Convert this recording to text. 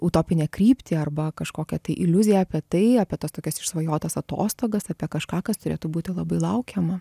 utopinę kryptį arba kažkokią tai iliuziją apie tai apie tas tokias išsvajotas atostogas apie kažką kas turėtų būti labai laukiama